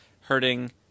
hurting